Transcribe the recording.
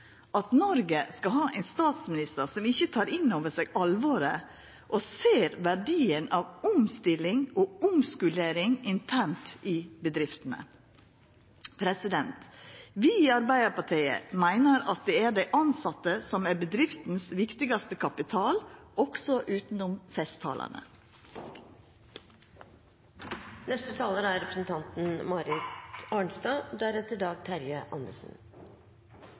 at Noreg skal ha ein statsminister som ikkje tek inn over seg alvoret og ser verdien av omstilling og omskulering internt i bedriftene. Vi i Arbeidarpartiet meiner at det er dei tilsette som er den viktigaste kapitalen til bedrifta, også utanom